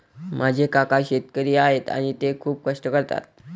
माझे काका शेतकरी आहेत आणि ते खूप कष्ट करतात